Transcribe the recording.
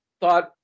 thought